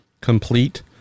complete